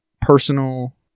personal